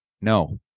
No